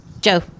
Joe